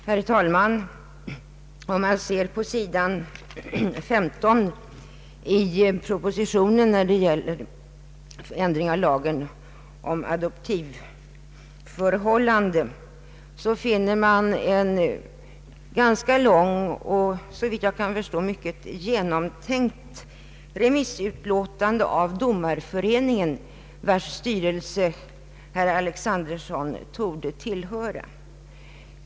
Herr talman! På sidan 15 i propositionen angående ändring av lagen om adoptivförhållanden finns ett ganska långt och, såvitt jag kan förstå, väl genomtänkt remissutlåtande från Domareföreningen, vars styrelse herr Alexan derson torde tillhöra.